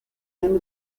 end